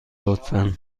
لطفا